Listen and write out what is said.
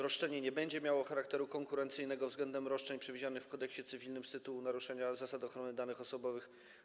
Roszczenie nie będzie miało charakteru konkurencyjnego względem roszczeń przewidzianych w Kodeksie cywilnym z tytułu naruszenia zasad ochrony danych osobowych.